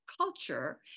culture